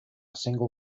single